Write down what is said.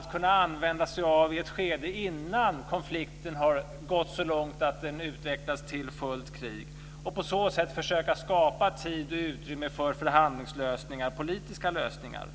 som kan användas i ett skede innan konflikten har gått så långt att den utvecklas till fullt krig; detta för att på så sätt försöka skapa tid och utrymme för förhandlingslösningar och politiska lösningar.